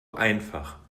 einfach